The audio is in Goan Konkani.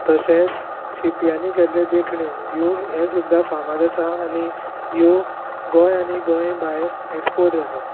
तशेंच शिंपयानी केल्ल्यो देखण्यो ह्यो हें सुद्दां फामाद आसा आनी ह्यो गोंय आनी गोंया भायर एक्सपोर्ट जातात